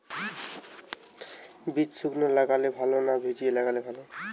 বীজ শুকনো লাগালে ভালো না ভিজিয়ে লাগালে ভালো?